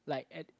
like at